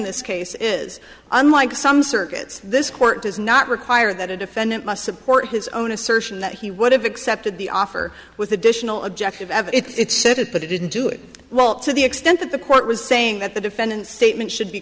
this case is unlike some circuit this court does not require that a defendant must support his own assertion that he would have accepted the offer with additional objective ever it's said it but it didn't do it well to the extent that the court was saying that the defendant's statements should be